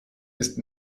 ist